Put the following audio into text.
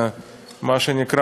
מה שנקרא,